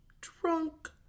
drunk